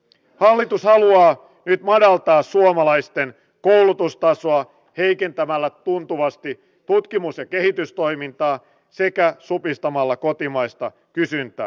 hallitus haluaa nyt madaltaa suomalaisten koulutustasoa heikentämällä tuntuvasti tutkimus ja kehitystoimintaa sekä supistamalla kotimaista kysyntää